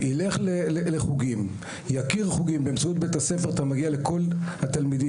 ילך לחוגים ויכיר חוגים כי באמצעות בית הספר אתה מגיע לכל התלמידים.